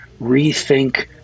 rethink